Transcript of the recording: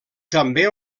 també